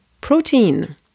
protein